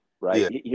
right